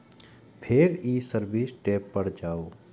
फेर ई service tab पर जाउ